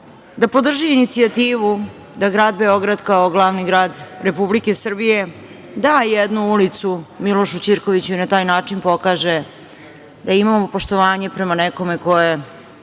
da podrži inicijativu da grad Beograd, kao glavni grad Republike Srbije, da jednu ulicu Milošu Ćirkoviću i na taj način pokaže da imamo poštovanje prema nekome ko je,